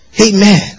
Amen